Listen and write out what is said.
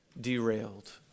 derailed